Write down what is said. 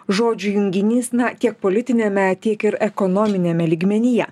žodžių junginys na tiek politiniame tiek ir ekonominiame lygmenyje